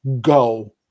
go